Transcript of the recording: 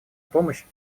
помощь